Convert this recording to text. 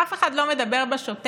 אף אחד לא מדבר בשוטף